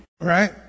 Right